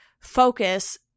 focus